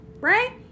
right